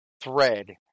thread